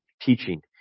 teaching